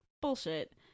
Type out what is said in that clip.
bullshit